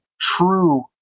true